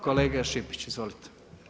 Kolega Šipić izvolite.